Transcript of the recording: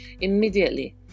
Immediately